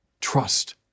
Trust